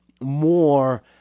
more